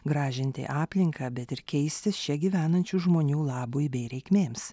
gražinti aplinką bet ir keistis čia gyvenančių žmonių labui bei reikmėms